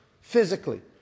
physically